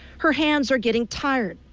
her hands are getting tired.